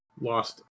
Lost